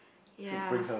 ya